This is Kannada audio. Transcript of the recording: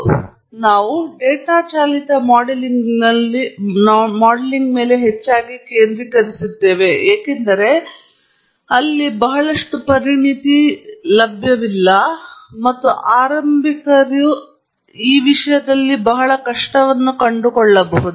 ನಾನು ಹೇಳಿದಂತೆ ಕೆಲವೇ ಕ್ಷಣಗಳ ಹಿಂದೆ ನಾವು ಡೇಟಾ ಚಾಲಿತ ಮಾಡೆಲಿಂಗ್ನಲ್ಲಿ ಹೆಚ್ಚಾಗಿ ಕೇಂದ್ರೀಕರಿಸುತ್ತೇವೆ ಏಕೆಂದರೆ ಅಲ್ಲಿ ಬಹಳಷ್ಟು ಪರಿಣತಿ ಲಭ್ಯವಿಲ್ಲ ಅಥವಾ ಆರಂಭಿಕರಿಗಾಗಿ ಬಹಳಷ್ಟು ಕಷ್ಟವನ್ನು ಕಂಡುಕೊಳ್ಳುತ್ತದೆ